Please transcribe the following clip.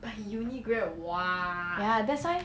ya that's why